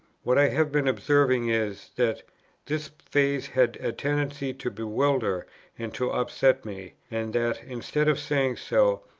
what i have been observing is, that this phase had a tendency to bewilder and to upset me and, that, instead of saying so,